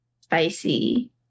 Spicy